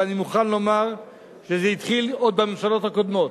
ואני מוכן לומר שזה התחיל עוד בממשלות הקודמות,